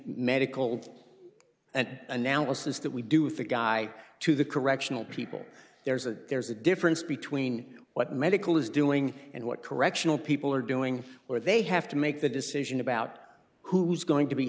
medical and analysis that we do with the guy to the correctional people there's a there's a difference between what medical is doing and what correctional people are doing where they have to make the decision about who's going to be